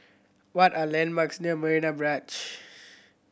what are landmarks near Marina Barrage